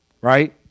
right